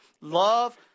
love